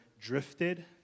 drifted